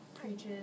preaches